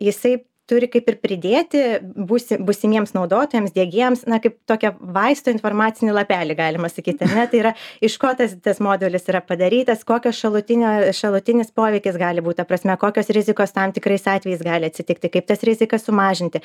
jisai turi kaip ir pridėti būsi būsimiems naudotojams diegėjams na kaip tokio vaisto informacinį lapelį galima sakyti aha tai yra iš ko tas modelis yra padarytas kokią šalutinę šalutinis poveikis gali būt ta prasme kokios rizikos tam tikrais atvejais gali atsitikti kaip tas rizikas sumažinti